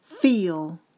feel